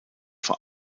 vor